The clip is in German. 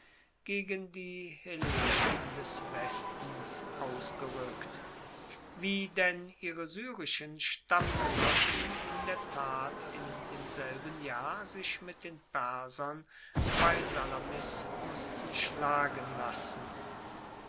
gegen die hellepen des westens ausgerueckt wie denn ihre syrischen stammgenossen in der tat in demselben jahr sich mit den persern bei salamis mussten schlagen lassen